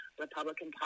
Republican